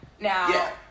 now